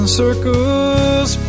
circles